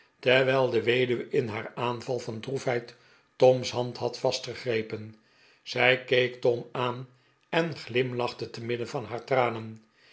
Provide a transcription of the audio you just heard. terwijl de weduwe in haar aanval van droefheid toms hand had vastgegrepen zij keek tom aan en glimlachte temidden van haar tranen